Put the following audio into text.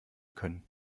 können